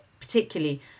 particularly